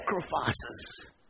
sacrifices